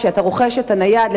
כשאתה רוכש את הנייד,